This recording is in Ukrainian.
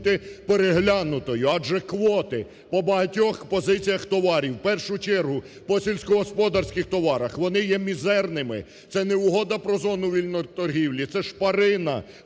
бути переглянутою. Адже квоти по багатьох позиціях товарів, в першу чергу, по сільськогосподарських товарах, вони є мізерними. Це не Угода про зону вільної торгівлі, це шпарина,